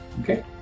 Okay